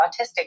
autistic